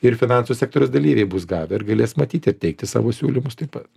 ir finansų sektoriaus dalyviai bus gavę ir galės matyti ar teikti savo siūlymus taip pat